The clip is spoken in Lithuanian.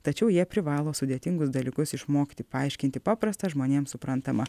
tačiau jie privalo sudėtingus dalykus išmokti paaiškinti paprasta žmonėms suprantama